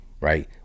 right